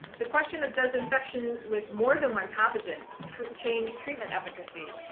the question of, does infection with more than one pathogen change treatment efficacy?